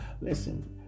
Listen